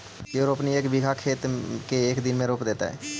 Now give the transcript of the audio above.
के रोपनी एक बिघा खेत के एक दिन में रोप देतै?